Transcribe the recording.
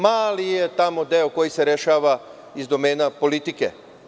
Mali je deo koji se rešava iz domena politike.